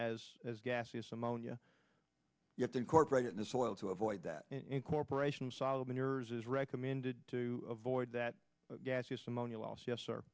as as gaseous ammonia you have to incorporate it in the soil to avoid that incorporation solomon yours is recommended to avoid that gaseous ammonia loss yes sir